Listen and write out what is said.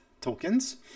tokens